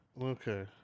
Okay